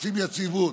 רוצים יציבות,